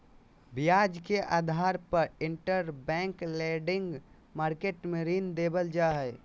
ब्याज के आधार पर इंटरबैंक लेंडिंग मार्केट मे ऋण देवल जा हय